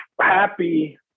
happy